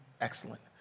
excellent